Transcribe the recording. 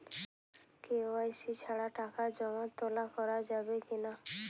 KYC ছাড়া টাকা জমা তোলা করা যাবে কি না?